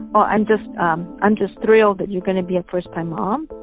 well, i'm just um i'm just thrilled that you're gonna be a first-time mom.